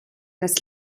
das